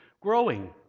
growing